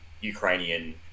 Ukrainian